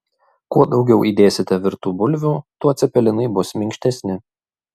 kuo daugiau įdėsite virtų bulvių tuo cepelinai bus minkštesni